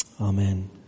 Amen